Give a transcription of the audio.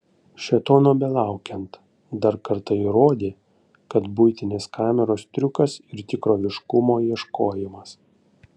šėtono belaukiant dar kartą įrodė kad buitinės kameros triukas ir tikroviškumo ieškojimas